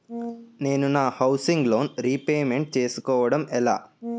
నేను నా housing loan repayment చేసుకోవటం ఎలా?